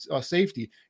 safety